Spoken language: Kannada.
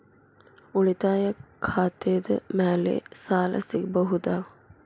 ಉಳಿತಾಯ ಖಾತೆದ ಮ್ಯಾಲೆ ಸಾಲ ಸಿಗಬಹುದಾ?